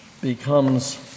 becomes